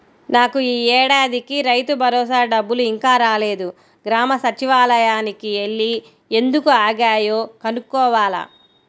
నాకు యీ ఏడాదికి రైతుభరోసా డబ్బులు ఇంకా రాలేదు, గ్రామ సచ్చివాలయానికి యెల్లి ఎందుకు ఆగాయో కనుక్కోవాల